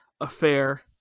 affair